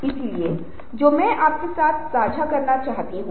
तो हाँ यह संभव है जो कि मैं यहाँ पर बनाना चाहता था